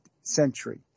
century